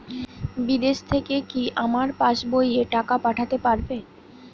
বিদেশ থেকে কি আমার পাশবইয়ে টাকা পাঠাতে পারবে?